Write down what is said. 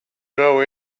know